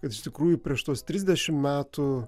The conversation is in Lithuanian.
ir iš tikrųjų prieš tuos trisdešimt metų